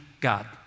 God